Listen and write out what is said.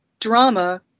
drama